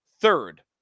third